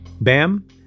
Bam